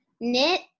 knit